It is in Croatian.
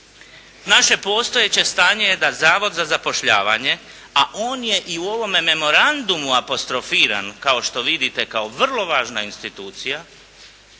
naše postojeće stanje je da Zavod za zapošljavanje, a on je i u ovome memorandumu apostrofiran kao što vidite kao vrlo važna institucija,